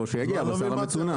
או שיגיע הבשר המצונן.